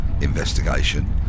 investigation